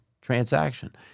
transaction